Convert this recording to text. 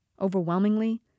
Overwhelmingly